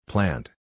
Plant